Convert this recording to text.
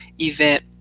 event